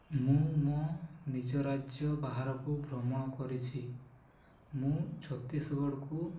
ମୁଁ ମୋ ନିଜ ରାଜ୍ୟ ବାହାରକୁ ଭ୍ରମଣ କରିଛି ମୁଁ ଛତିଶଗଡ଼କୁ